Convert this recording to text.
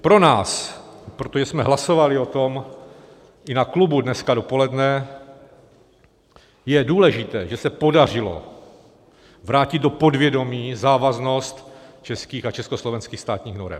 Pro nás i proto, že jsme hlasovali o tom i na klubu dneska dopoledne, je důležité, že se podařilo vrátit do podvědomí závaznost českých a československých státních norem.